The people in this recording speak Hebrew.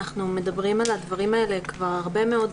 אנחנו מדברים על הדברים האלה כבר הרבה מאוד